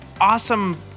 awesome